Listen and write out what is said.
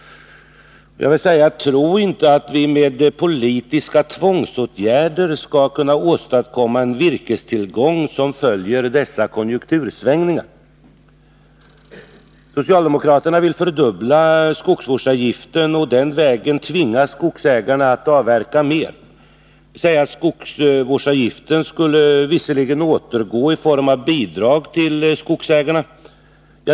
Tro inte att vi med politiska tvångsåtgärder skall kunna åstadkomma en virkestillgång som följer dessa konjunktursvängningar! Socialdemokraterna vill fördubbla skogsvårdsavgiften och den vägen tvinga skogsägarna att avverka mera. Skogsvårdsavgiften skulle då visserligen återgå i form av bidrag till skogsägarna.